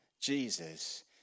Jesus